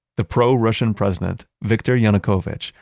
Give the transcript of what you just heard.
the pro-russian president, viktor yanukovych,